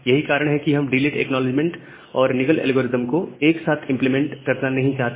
यही कारण है कि हम डिलेड एक्नॉलेजमेंट और निगल एल्गोरिदम को एक साथ इंप्लीमेंट करना नहीं चाहते